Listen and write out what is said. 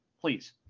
please